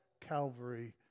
Calvary